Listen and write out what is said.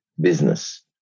business